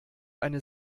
eine